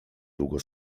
długo